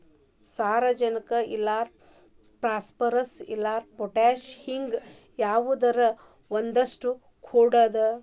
ಸಾರಜನಕ ಇಲ್ಲಾರ ಪಾಸ್ಪರಸ್, ಇಲ್ಲಾರ ಪೊಟ್ಯಾಶ ಹಿಂಗ ಯಾವದರ ಒಂದಷ್ಟ ಕೊಡುದು